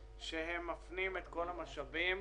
הוצאתי מכתב לנגיד בנק ישראל ולמפקחת על הבנקים,